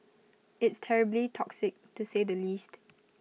it's terribly toxic to say the least